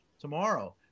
tomorrow